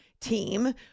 team